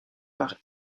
par